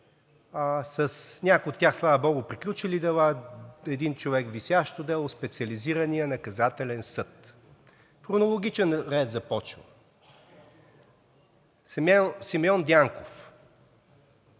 за някои, слава богу, приключили дела, един човек е с висящо дело в Специализирания наказателен съд. В хронологичен ред започвам – Симеон Дянков,